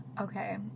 Okay